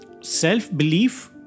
Self-belief